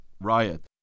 riot